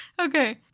Okay